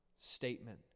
statement